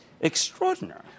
extraordinary